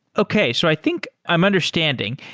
okay. so i think i'm understanding.